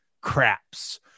Craps